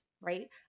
right